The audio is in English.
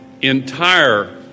entire